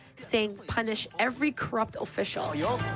saying punish every corrupt official. yeah